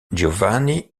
giovanni